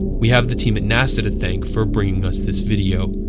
we have the team at nasa to thank for bringing us this video.